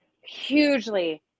hugely